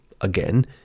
again